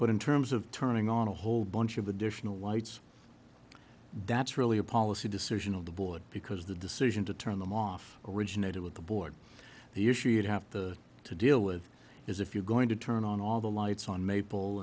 but in terms of turning on a whole bunch of additional lights that's really a policy decision of the board because the decision to turn them off originated with the board the issue you'd have to deal with is if you're going to turn on all the lights on maple